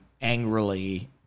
angrily